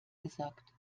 gesagt